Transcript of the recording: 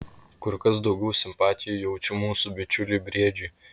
kur kas daugiau simpatijų jaučiu mūsų bičiuliui briedžiui